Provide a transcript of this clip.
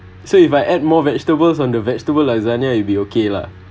so if I add more vegetables on the vegetable lasagna you’ll be okay lah